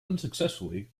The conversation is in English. unsuccessfully